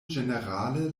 ĝenerale